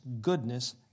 goodness